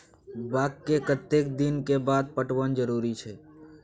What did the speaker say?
बाग के कतेक दिन के बाद पटवन जरूरी छै?